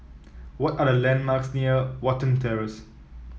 what are the landmarks near Watten Terrace